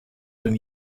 from